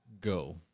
go